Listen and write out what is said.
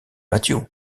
mathew